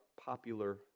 popular